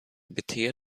beter